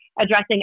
addressing